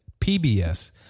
PBS